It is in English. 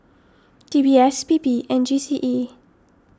D B S P P and G C E